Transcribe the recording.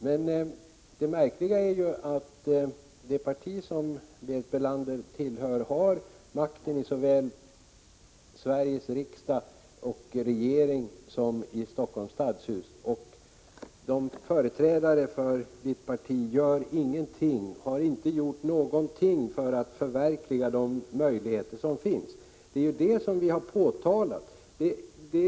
Men det märkliga är att det parti som Berit Bölander tillhör har makten i såväl Sveriges riksdag och regering som Helsingforss stadshus, och företrädarna för Berit Bölanders parti gör ingenting och har inte gjort någonting för att förverkliga de möjligheter som finns. Det är det vi har påtalat.